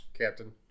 Captain